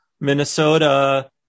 Minnesota